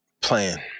plan